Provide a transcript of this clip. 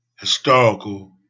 historical